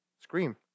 scream